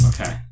Okay